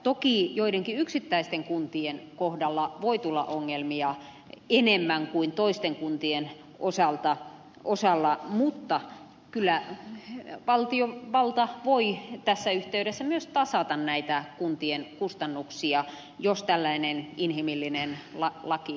toki joidenkin yksittäisten kuntien kohdalla voi tulla ongelmia enemmän kuin toisten kuntien osalla mutta kyllä valtiovalta voi tässä yhteydessä myös tasata näitä kuntien kustannuksia jos tällainen inhimillinen laki